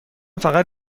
فقط